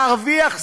להרוויח זמן.